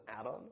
add-on